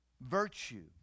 virtue